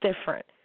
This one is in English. different